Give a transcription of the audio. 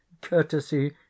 courtesy